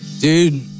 Dude